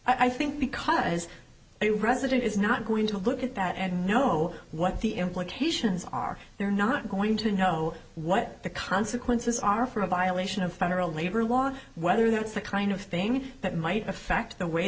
then i think because a resident is not going to look at that and know what the implications are they're not going to know what the consequences are for a violation of federal labor law whether that's the kind of thing that might affect the way